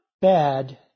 bad